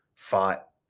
fought